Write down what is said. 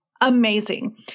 amazing